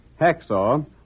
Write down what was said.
Hacksaw